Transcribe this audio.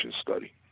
study